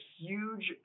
huge